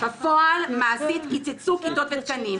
בפועל מעשית קיצצו כיתות ותקנים.